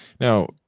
Now